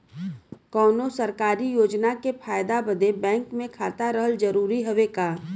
कौनो सरकारी योजना के फायदा बदे बैंक मे खाता रहल जरूरी हवे का?